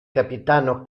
capitano